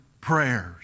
prayers